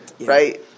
right